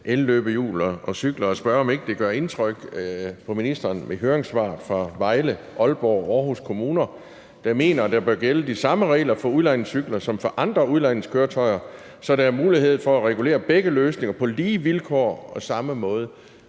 elløbehjul og cykler, og spørge, om det ikke gør indtryk på ministeren, at der er høringssvar fra Vejle, Aalborg og Aarhus Kommuner, der mener, at der bør gælde de samme regler for udlejningscykler som for andre udlejningskøretøjer, så der er mulighed for at regulere begge løsninger på lige vilkår og samme måde.